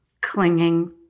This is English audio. clinging